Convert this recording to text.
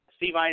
Steve